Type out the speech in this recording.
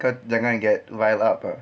kau jangan get rile up ah